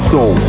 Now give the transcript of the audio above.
Soul